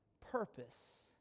purpose